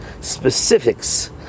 specifics